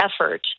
effort